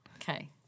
Okay